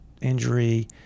injury